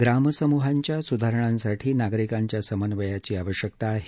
ग्रामसमूहांच्या सुधारणांसाठी नागरिकांच्या समन्वयाची आवश्यकता आहे